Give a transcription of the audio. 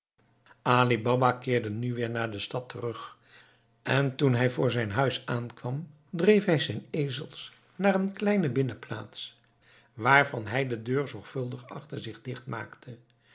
baba keerde nu weer naar de stad terug en toen hij voor zijn huis aankwam dreef hij zijn ezels naar n kleine binnenplaats waarvan hij de deur zorgvuldig achter zich dicht maakte